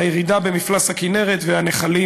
הירידה במפלס הכינרת והנחלים